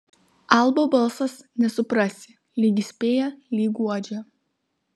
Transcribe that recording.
albo balsas nesuprasi lyg įspėja lyg guodžia